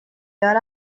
got